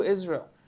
Israel